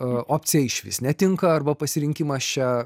opcija išvis netinka arba pasirinkimas čia